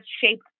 shaped